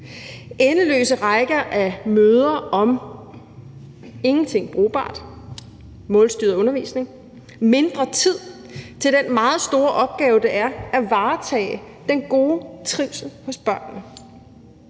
endeløse rækker af møder om ingenting brugbart, målstyret undervisning og mindre tid til den meget store opgave, det er at varetage den gode trivsel hos børnene.